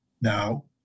Now